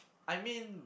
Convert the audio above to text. I mean